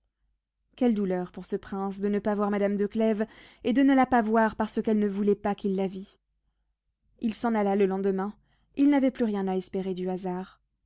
quelle douleur pour ce prince de ne pas voir madame de clèves et de ne la pas voir parce qu'elle ne voulait pas qu'il la vît il s'en allait le lendemain il n'avait plus rien à espérer du hasard